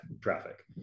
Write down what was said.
traffic